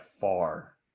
far